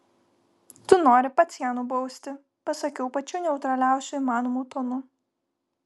tu nori pats ją nubausti pasakiau pačiu neutraliausiu įmanomu tonu